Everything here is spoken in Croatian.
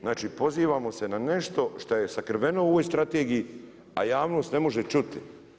Znači pozivamo se na nešto što je sakriveno u ovoj strategiji, a javnost ne može čuti.